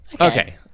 Okay